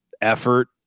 effort